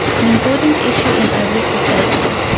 an important issue in every society,